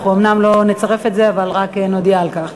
אנחנו אומנם לא נצרף את זה אבל נודיע על כך.